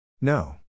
No